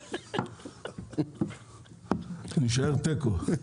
יישאר תיקו.